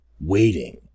Waiting